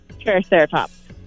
Triceratops